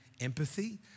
empathy